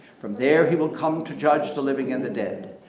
from there he will come to judge the living and the dead.